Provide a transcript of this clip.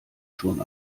schon